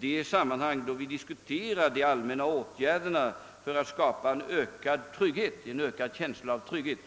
glömma företagarna när vi diskuterar de allmänna åtgärderna för att skapa en känsla av trygghet.